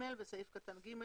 בסעיף קטן (ג),